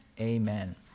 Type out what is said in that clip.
amen